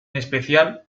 especial